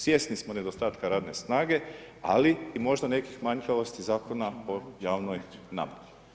Svjesni smo nedostatka radne snage ali i možda nekih manjkavosti Zakona o javnoj nabavi.